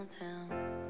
downtown